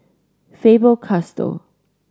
Faber Castell